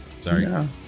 Sorry